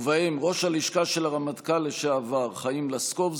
ובהם ראש הלשכה של הרמטכ"ל לשעבר חיים לסקוב,